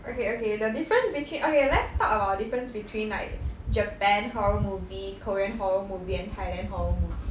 okay okay the difference between okay let's talk about difference between like japan horror movie korean horror movie and thailand horror movie